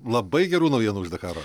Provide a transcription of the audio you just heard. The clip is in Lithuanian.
labai gerų naujienų iš dakaro